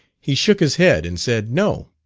he shook his head and said, no.